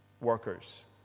workers